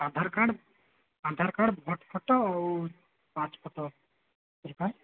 ଆଧାର card Aadhaar card vote photo ଆଉ pass photo ଦରକାର